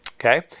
Okay